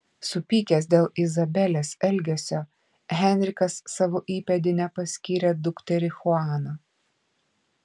supykęs dėl izabelės elgesio henrikas savo įpėdine paskyrė dukterį chuaną